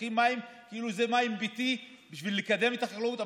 לוקחים מים כאילו זה מים ביתיים כדי לקדם את החקלאות,